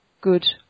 good